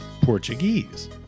Portuguese